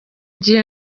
gihe